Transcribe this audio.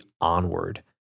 onward